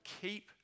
Keep